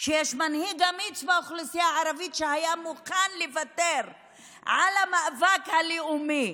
שיש מנהיג אמיץ באוכלוסייה הערבית שהיה מוכן לוותר על המאבק הלאומי,